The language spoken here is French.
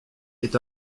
est